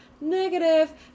Negative